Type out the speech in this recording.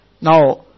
Now